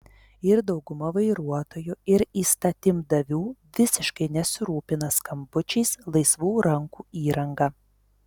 ir dauguma vairuotojų ir įstatymdavių visiškai nesirūpina skambučiais laisvų rankų įranga